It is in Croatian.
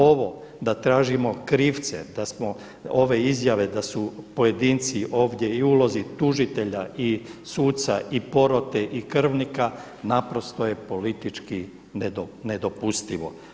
Ovo da tražimo krivce, da smo ove izjave da su pojedinci ovdje i u ulozi tužitelja i suca i porote i krvnika naprosto je politički nedopustivo.